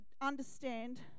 understand